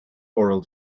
oral